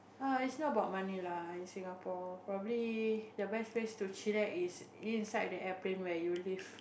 ah it's not about money lah in Singapore probably the best place to chillax is inside the airplane where you live